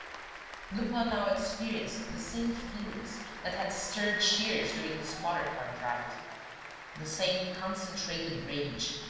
lupin now experienced the same feelings that had stirred shears during his motor-car drive the same concentrated rage,